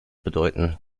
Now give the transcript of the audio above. bedeuten